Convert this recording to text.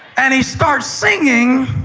and he starts singing